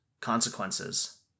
Consequences